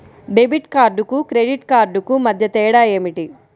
Debit కార్డుకు credit credit కార్డుకు మధ్య తేడా ఏమిటీ?